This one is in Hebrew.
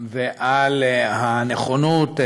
וגם על הנכונות,